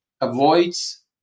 avoids